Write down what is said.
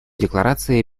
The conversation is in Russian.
декларации